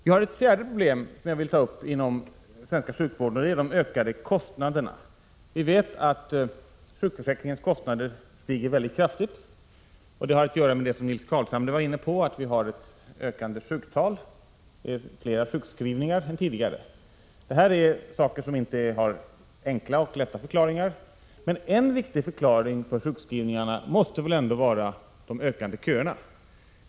Vi har ett fjärde problem inom den svenska sjukvården som jag vill ta upp: de ökade kostnaderna. Vi vet att sjukförsäkringskostnaderna stiger mycket — Prot. 1986/87:24 kraftigt. Det har, som Nils Carlshamre var inne på, att göra med ett ökande 12 november 1986 sjuktal. Det förekommer nu fler sjukskrivningar än tidigare. Det här ärsaker = fm. ae so som inte har enkla förklaringar, men en viktig orsak till sjukskrivningarna måste ändå vara de ökande köerna.